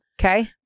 Okay